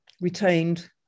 retained